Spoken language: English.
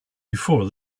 before